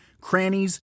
crannies